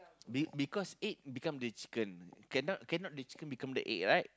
be because egg become the chicken cannot cannot the chicken become the egg right